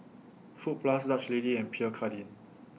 Fruit Plus Dutch Lady and Pierre Cardin